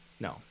No